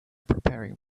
preparing